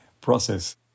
process